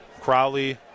Crowley